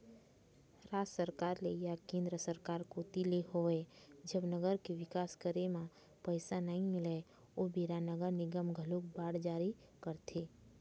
राज सरकार ले या केंद्र सरकार कोती ले होवय जब नगर के बिकास करे म पइसा नइ मिलय ओ बेरा नगर निगम घलोक बांड जारी करथे